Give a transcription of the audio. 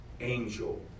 angel